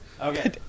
Okay